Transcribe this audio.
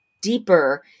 deeper